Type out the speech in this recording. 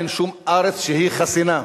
אין שום ארץ שהיא חסינה.